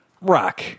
Rock